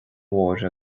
mhóir